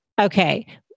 Okay